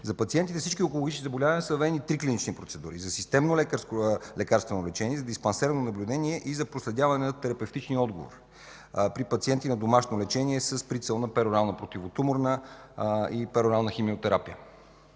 За пациентите за всички онкологични заболявания са въведени три клинични процедури: за системно лекарствено лечение, за диспансерно наблюдение и за проследяване на терапевтичния отговор при пациенти на домашно лечение с прицел на перорална противотуморна или перорална химиотерапия.